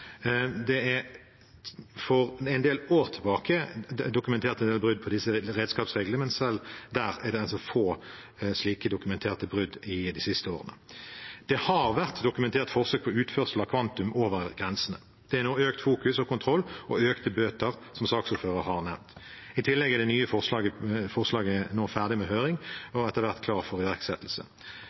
disse redskapsreglene, men selv der er det altså få dokumenterte brudd de siste årene. Det har vært dokumentert forsøk på utførsel av kvantum over grensene. Det er nå økt fokus og kontroll og økte bøter, som saksordføreren har nevnt. I tillegg er det nye forslaget nå ferdig med høring og etter hvert klart for iverksettelse.